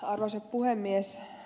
arvoisa puhemies